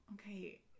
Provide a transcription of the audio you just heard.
Okay